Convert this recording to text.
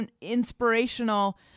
inspirational